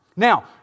Now